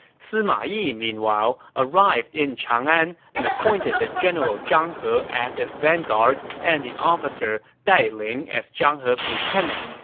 sima yi, meanwhile, arrived in chang'an and appointed the general zhang he as his vanguard and the officer dai ling as zhang he's lieutenant.